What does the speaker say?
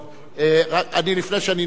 לפני שאני נותן לך,